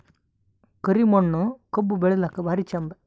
ಕರಿ ಮಣ್ಣು ಕಬ್ಬು ಬೆಳಿಲ್ಲಾಕ ಭಾರಿ ಚಂದ?